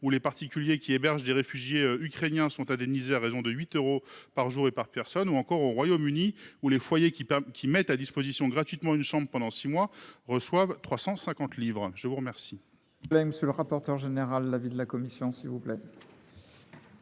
les particuliers hébergeant des réfugiés ukrainiens sont indemnisés à hauteur de 8 euros par jour et par personne ; au Royaume Uni, les foyers qui mettent à disposition gratuitement une chambre pendant six mois reçoivent 350 livres sterling.